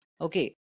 Okay